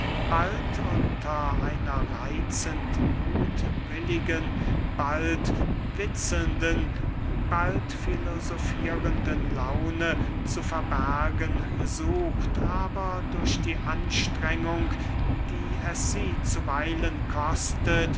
bald unter einer reitzend muthwilligen bald witzelnden bald filosofierenden laune zu verbergen sucht aber durch die anstrengung die es sie zuweilen kostet